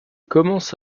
commence